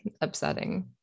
upsetting